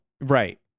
right